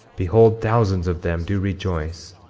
behold, thousands of them do rejoice,